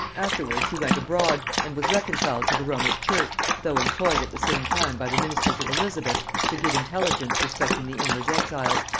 afterwards he went abroad, and was reconciled to the romish church, though employed at the same time by the ministers of elizabeth to give intelligence respecting the english exiles,